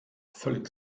völlig